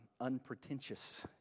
unpretentious